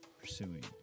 pursuing